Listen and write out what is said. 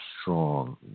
strong